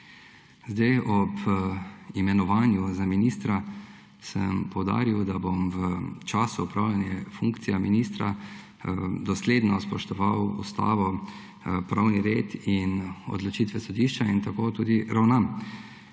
Ob imenovanju za ministra sem poudaril, da bom v času opravljanja funkcije ministra dosledno spoštoval ustavo, pravni red in odločitve sodišča, in tako tudi ravnam.